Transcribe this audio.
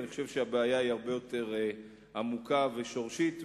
ואני חושב שהבעיה הרבה יותר עמוקה ושורשית.